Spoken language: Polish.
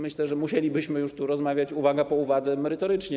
Myślę, że musielibyśmy już tu rozmawiać uwaga po uwadze merytorycznie.